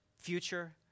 future